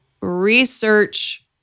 research